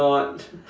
not